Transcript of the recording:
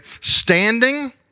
standing